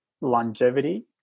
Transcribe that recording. longevity